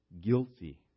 guilty